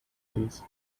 cities